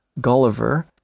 gulliver